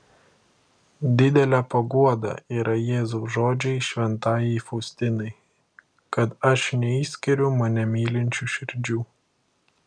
didelė paguoda yra jėzaus žodžiai šventajai faustinai kad aš neišskiriu mane mylinčių širdžių